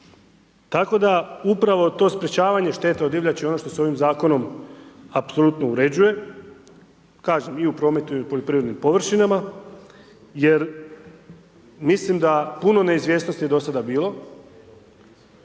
Tako da upravo to sprječavanje šteta o divljači; ono što se ovim zakonom apsolutno uređuje, kažem,i u prometu i u poljoprivrednim površinama, jer, mislim da je puno neizvjesnosti je dosad bilo.